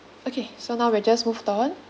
okay so now we'll just moved on